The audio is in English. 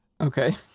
Okay